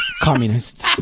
Communists